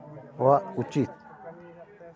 ᱟᱜ ᱩᱪᱤᱛ